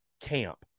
camp